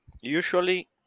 Usually